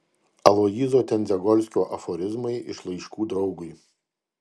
aloyzo tendzegolskio aforizmai iš laiškų draugui